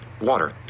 Water